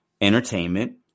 entertainment